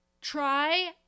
try